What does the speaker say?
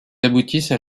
aboutissent